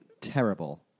terrible